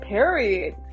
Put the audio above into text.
Period